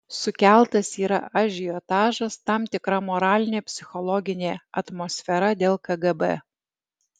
sukeltas yra ažiotažas tam tikra moralinė psichologinė atmosfera dėl kgb